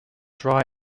dry